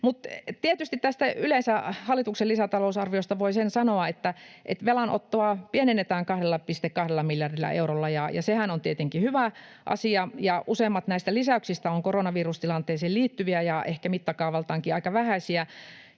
Mutta tietysti tästä hallituksen lisätalousarviosta yleensä voi sen sanoa, että velanottoa pienennetään 2,2 miljardilla eurolla, ja sehän on tietenkin hyvä asia. Ja useimmat näistä lisäyksistä ovat koronavirustilanteeseen liittyviä ja ehkä mittakaavaltaankin aika vähäisiä.